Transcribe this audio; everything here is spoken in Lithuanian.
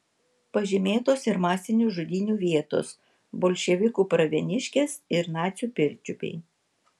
pažymėtos ir masinių žudynių vietos bolševikų pravieniškės ir nacių pirčiupiai